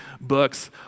books